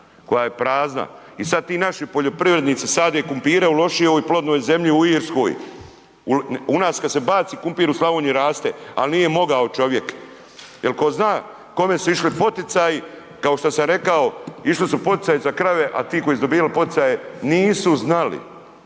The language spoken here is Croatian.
koja je prazna i sad ti naši poljoprivrednice sade krumpire u lošijoj plodnoj zemlji u Irskoj, u nas kad se baci krumpir u Slavoniji raste, ali nije mogao čovjek jel tko zna kome su išli poticaji, kao što sam rekao išli su poticaji za krave, a ti koji su dobivali poticaje nisu znali